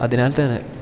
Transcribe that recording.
അതിനാൽ തന്നെ